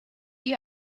you